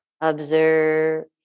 Observe